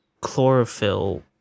chlorophyll